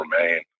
remain